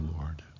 Lord